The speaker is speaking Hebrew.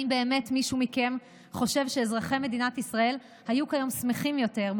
האם באמת מישהו מכם חושב שאזרחי מדינת ישראל היו כיום שמחים יותר,